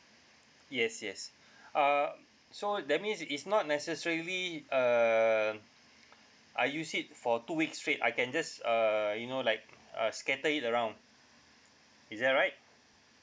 yes yes uh so that means is not necessarily um I use it for two weeks straight I can just err you know like uh scatter it around is that right